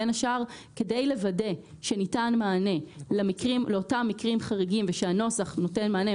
בין השאר כדי לוודא שניתן מענה לאותם מקרים חריגים ושהנוסח נותן מענה.